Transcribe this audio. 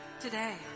today